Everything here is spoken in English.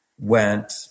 went